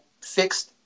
fixed